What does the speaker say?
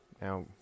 now